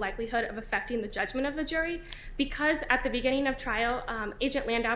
likelihood of affecting the judgment of the jury because at the beginning of trial